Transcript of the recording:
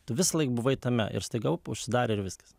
tu visąlaik buvai tame ir staiga užsidarė ir viskas